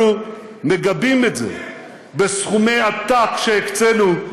אנחנו מגבים את זה בסכומי עתק שהקצינו,